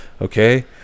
okay